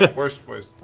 ah worse ways.